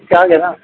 charge ہے نا